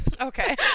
Okay